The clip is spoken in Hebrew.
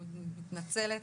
אני מתנצלת,